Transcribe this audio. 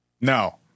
No